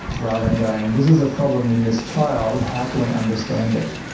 rather than going this is a problem in this child, how can we understand it'.